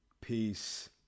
peace